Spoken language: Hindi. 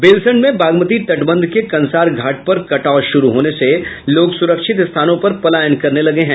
बेलसंड में बागमती तटबंध के कंसार घाट पर कटाव शुरू होने से लोग सुरक्षित स्थानों पर पलायन करने लगे हैं